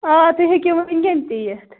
آ تُہۍ ہیٚکِو وۅنۍ وُنکٮ۪ن تہِ یِتھ